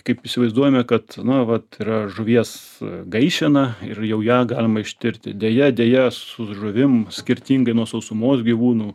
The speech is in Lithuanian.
kaip įsivaizduojame kad na vat yra žuvies gaišena ir jau ją galima ištirti deja deja su žuvim skirtingai nuo sausumos gyvūnų